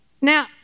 Now